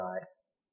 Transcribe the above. nice